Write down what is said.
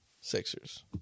Sixers